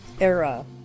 era